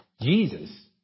Jesus